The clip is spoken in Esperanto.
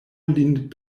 lin